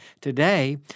today